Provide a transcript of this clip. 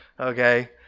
okay